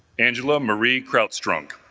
angela marie krauts drunk